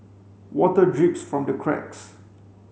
water drips from the cracks